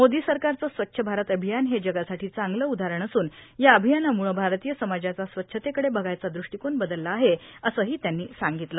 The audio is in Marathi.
मोदी सरकारचं स्वच्छ भारत अभियान हे जगासाठी चांगलं उदाहरण असून या अभियानामुळे भारतीय समाजाचा स्वच्छतेकडे बघायचा दृष्टिकोन बदलला आहे असंही त्यांनी सांगितलं